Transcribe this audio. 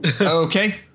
Okay